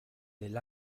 del